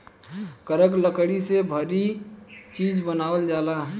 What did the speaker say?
करक लकड़ी से भारी चीज़ बनावल जाला